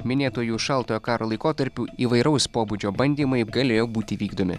minėtuoju šaltojo karo laikotarpiu įvairaus pobūdžio bandymai galėjo būti vykdomi